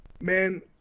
man